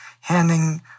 handing